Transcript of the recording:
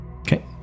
Okay